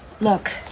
Look